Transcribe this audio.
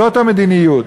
זאת המדיניות.